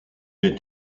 est